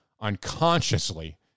unconsciously